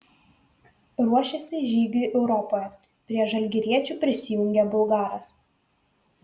ruošiasi žygiui europoje prie žalgiriečių prisijungė bulgaras